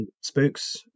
spooks